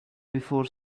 before